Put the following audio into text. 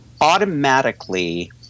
automatically